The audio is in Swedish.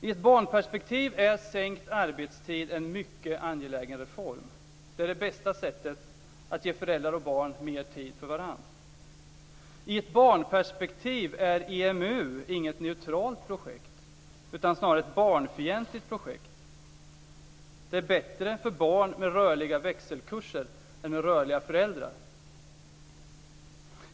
I ett barnperspektiv är sänkt arbetstid en mycket angelägen reform. Det är det bästa sättet att ge föräldrar och barn med tid för varandra. I ett barnperspektiv är EMU inget neutralt projekt utan snarare ett barnfientligt projekt. Det är bättre för barn med rörliga växelkurser än med rörliga föräldrar.